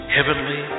Heavenly